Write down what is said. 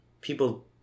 people